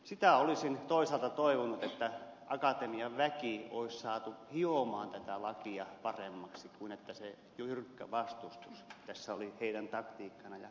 sitä olisin toisaalta toivonut että akatemian väki olisi saatu hiomaan tätä lakia paremmaksi sen sijaan että se jyrkkä vastustus tässä oli heidän taktiikkanaan ja se ei kyllä toiminut